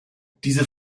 diese